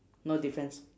no difference